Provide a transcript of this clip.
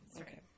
Okay